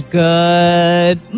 good